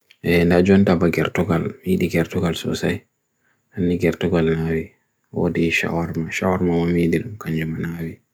Laawol ɗee ɗiɗi waɗata nguuɗo ɗum ko njari, no ko waɗata waɗɓe gila kala.